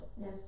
Yes